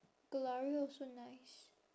gelare also nice